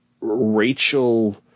Rachel